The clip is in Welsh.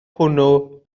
hwnnw